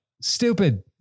Stupid